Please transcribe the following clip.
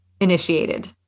initiated